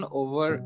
over